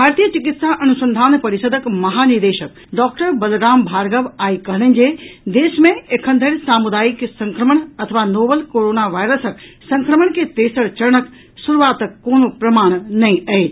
भारतीय चिकित्सा अनुसंधान परिषदक महानिदेशक डॉक्टर बलराम भार्गव आइ कहलनि जे देश मे एखन धरि सामुदायिक संक्रमण अथवा नोवल कोरोना वायरसक संक्रमण के तेसर चरणक शुरूआतक कोनो प्रमाण नहि अछि